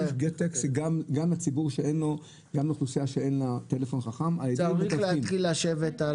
גם אוכלוסייה שאין לה טלפון חכם --- צריך להתחיל לשבת.